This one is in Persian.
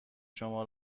شما